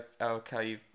okay